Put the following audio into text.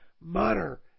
mutter